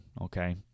okay